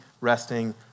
resting